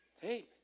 Hey